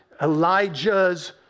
Elijah's